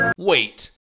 wait